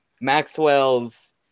Maxwell's